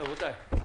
רבותיי,